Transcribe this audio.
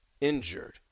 injured